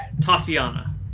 Tatiana